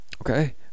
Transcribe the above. okay